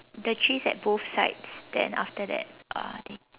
the cheese at both sides then after that uh